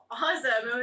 awesome